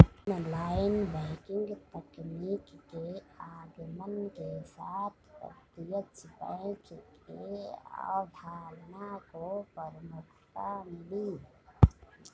online banking तकनीक के आगमन के साथ प्रत्यक्ष बैंक की अवधारणा को प्रमुखता मिली